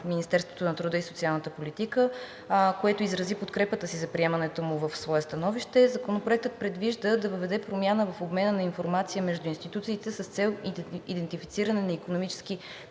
Министерството на труда и социалната политика, което изрази подкрепата си за приемането му в свое становище. Законопроектът предвижда да въведе промяна в обмена на информация между институциите с цел идентифициране на икономически